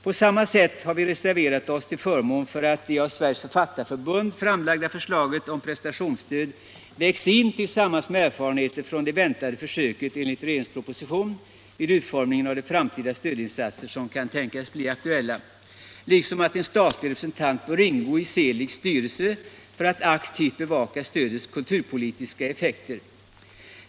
På samma sätt har vi reserverat oss till förmån för att det av Sveriges författarförbund framlagda förslaget om prestationsstöd vägs in tillsammans med erfarenheter från det väntade försöket enligt regeringens proposition vid utformningen av de framtida stödinsatser som kan bli aktuella, liksom för att en statlig representant bör ingå i Seeligs styrelse för att aktivt bevaka stödets kulturpolitiska effekter.